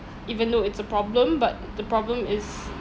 even though it's a problem but the problem is